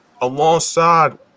alongside